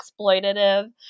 exploitative